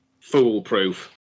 Foolproof